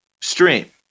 stream